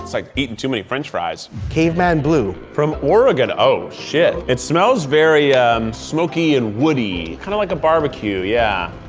like eating too many french fries. caveman blue. from oregon, oh shit! it smells very ah um smoky and woody, kind of like a barbecue, yeah.